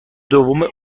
دوم